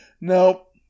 Nope